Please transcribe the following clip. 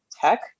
tech